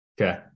Okay